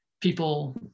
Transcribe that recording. people